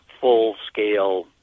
full-scale